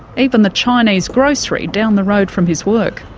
even the chinese grocery down the road from his work.